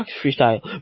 freestyle